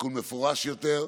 תיקון מפורש יותר,